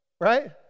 right